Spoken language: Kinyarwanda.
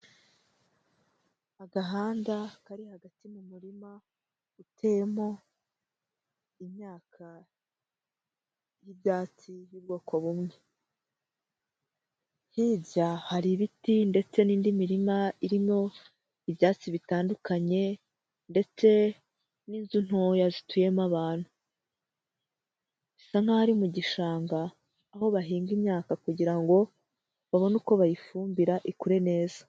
Agahanda kari hagati mu murima uteyemo imyaka y'ibyatsi y'ubwoko bumwe. Hirya hari ibiti ndetse n'indi mirima irimo ibyatsi bitandukanye ndetse n'inzu ntoya zituyemo abantu. Bisa nk'aho ari mu gishanga aho bahinga imyaka kugira ngo babone uko bayifumbira, ikure neza.